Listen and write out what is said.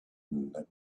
never